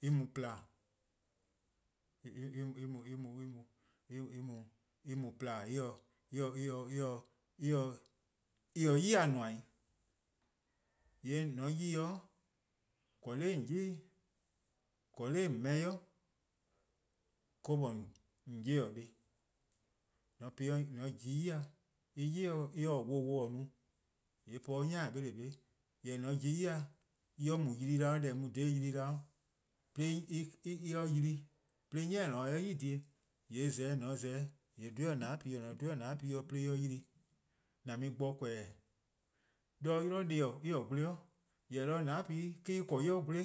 :Yee' en mu :pla, en mu :pla, 'yi-dih :nmor 'i. :yee' :mor :on 'ye-ih', :korn 'nor :on 'yli, :korn 'do :on :meo' ken, 'do :on 'ye dih 'ye-dih. :mor ':on po-ih 'de :on pobo-ih ya :mor en 'yli :taa wowo no, :yee' po 'de 'ni :nehen', jorwor :mor :on pobo-ih ya :mor en 'bhorn eh 'ye yli, deh en mu dha yli-a bo, 'de en 'ye yli, 'de 'ni :eh :ne-a 'de eh 'ye 'i :dhie:, :yee' :za-eh 'de, :mor :on za-eh 'de, :yee' dhe 'o :nane' dih 'de en 'ye yli, :an mu-ih bo :korn-dih. 'Do 'yli dih-a :gwle 'o, jorwor: 'do :nane' keh 'de en :korn en 'ye :gwle.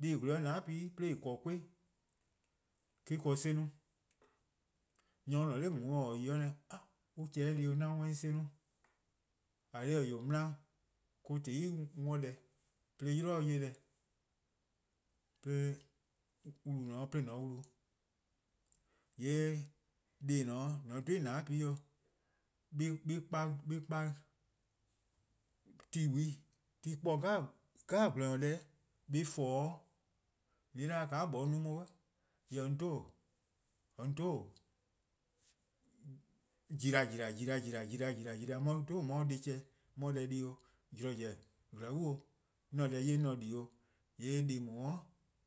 Dih :en :gwle 'o :nane' ken, 'de :en 'ble-a 'kwen me-: 'ble 'no. :mor nyor :ne 'de nao' or :ta 'de yi :yee' or 'da an za deh 'yli 'an worn en 'no, :eh :korn dhih-eh 'wee' :yoo:, 'nla :eh-: :tehn 'i 'worn-deh'de 'yli-eh 'ye deh, 'de wlu :dao' 'de :an wlu. :yee' dih :dao' :mor :on dhe-ih 'o :nane'-dih, 'nyi eh 'kpa ti kpor :gwlor-nyor deh deh 'jeh, 'nyi en :forn-dih 'o deh 'jeh, :an 'da :ka 'moeh-a no-a 'on :yee' 'nyi 'on 'dhobo:, 'on 'dhobo, ji-da :ji-da ji-da :ji-da ji-da 'on 'ye 'dhobo 'on 'ye dih 'chehn 'on 'ye deh di 'o zorn zen-a :glaonse-' deh 'ye 'on 'ye di 'o, :yee' dih :daa-a'